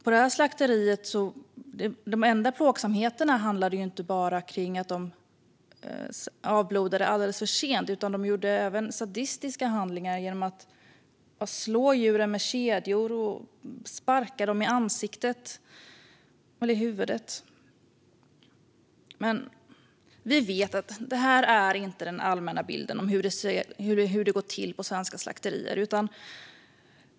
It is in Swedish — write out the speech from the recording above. På det här slakteriet handlade plågsamheterna inte heller bara om att de avblodade alldeles för sent; de utförde också sadistiska handlingar som att slå djuren med kedjor och sparka dem i huvudet. Vi vet att detta inte är den allmänna bilden av hur det går till på svenska slakterier.